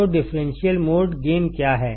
तो differential mode gain क्या है